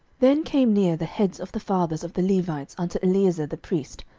then came near the heads of the fathers of the levites unto eleazar the priest,